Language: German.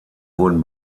wurden